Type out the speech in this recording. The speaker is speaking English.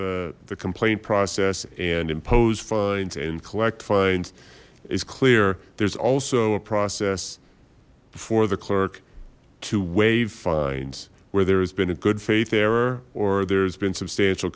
the the complaint process and impose fines and collect fines is clear there's also a process before the clerk to waive fines where there has been a good faith error or there's been substantial